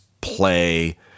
play